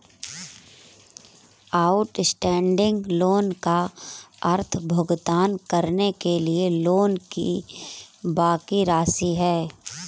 outstanding loan का अर्थ भुगतान करने के लिए लोन की बाकि राशि है